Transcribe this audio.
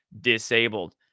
disabled